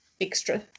extra